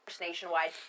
nationwide